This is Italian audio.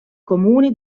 comuni